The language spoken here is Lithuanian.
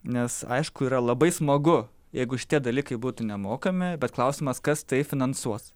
nes aišku yra labai smagu jeigu šitie dalykai būtų nemokami bet klausimas kas tai finansuos